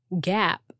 gap